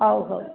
ହେଉ ହେଉ